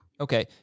Okay